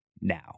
now